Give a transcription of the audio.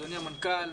אדוני המנכ"ל,